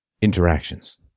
interactions